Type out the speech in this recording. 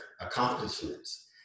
accomplishments